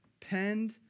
penned